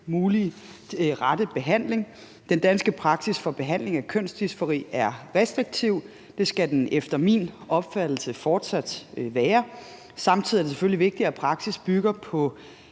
mulige og rette behandling. Den danske praksis for behandling af kønsdysfori er restriktiv. Det skal den efter min opfattelse fortsat være. Samtidig er det selvfølgelig vigtigt, at praksis bygger på